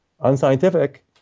unscientific